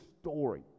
story